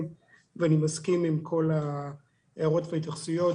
ואני מסכים עם כל ההערות והתייחסויות.